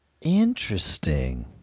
Interesting